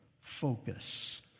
Focus